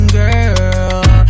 girl